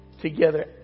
together